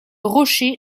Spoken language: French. rocher